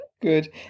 Good